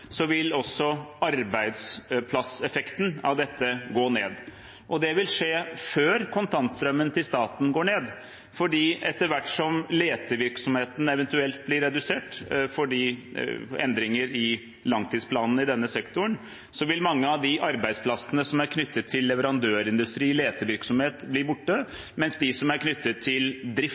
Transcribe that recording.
vil også arbeidsplasseffekten av dette gå ned. Det vil skje før kontantstrømmen til staten går ned, for etter hvert som letevirksomheten eventuelt blir redusert fordi det er endringer i langtidsplanen i denne sektoren, vil mange av de arbeidsplassene som er knyttet til leverandørindustri og letevirksomhet, bli borte, mens de som er knyttet til drift